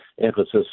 emphasis